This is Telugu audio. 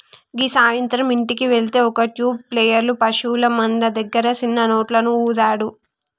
గీ సాయంత్రం ఇంటికి వెళ్తే ఒక ట్యూబ్ ప్లేయర్ పశువుల మంద దగ్గర సిన్న నోట్లను ఊదాడు